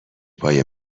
پای